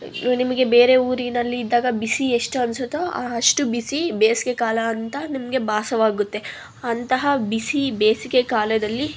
ನಿಮಗೆ ಬೇರೆ ಊರಿನಲ್ಲಿ ಇದ್ದಾಗ ಬಿಸಿ ಎಷ್ಟು ಅನಿಸುತ್ತೋ ಅಷ್ಟು ಬಿಸಿ ಬೇಸಿಗೆ ಕಾಲ ಅಂತ ನಿಮಗೆ ಭಾಸವಾಗುತ್ತೆ ಅಂತಹ ಬಿಸಿ ಬೇಸಿಗೆ ಕಾಲದಲ್ಲಿ